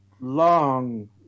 long